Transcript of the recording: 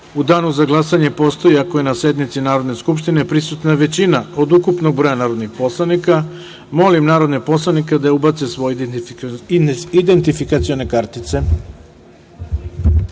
u danu za glasanje postoji ako je na sednici Narodne skupštine prisutna većina od ukupnog broja narodnih poslanika. Molim narodne poslanike da ubace svoje identifikacione kartice